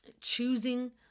choosing